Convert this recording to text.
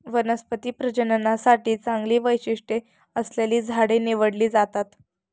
वनस्पती प्रजननासाठी चांगली वैशिष्ट्ये असलेली झाडे निवडली जातात